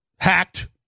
hacked